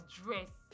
dress